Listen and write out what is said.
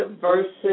versus